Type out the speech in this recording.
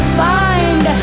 find